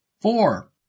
Four